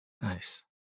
Nice